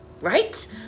right